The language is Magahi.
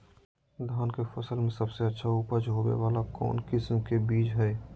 धान के फसल में सबसे अच्छा उपज होबे वाला कौन किस्म के बीज हय?